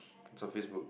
it's on Facebook